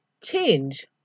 change